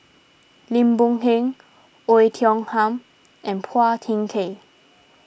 Lim Boon Heng Oei Tiong Ham and Phua Thin Kiay